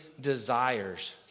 desires